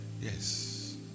Yes